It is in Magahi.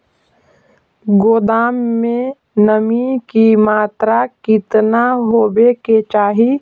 गोदाम मे नमी की मात्रा कितना होबे के चाही?